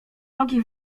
nogi